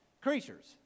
creatures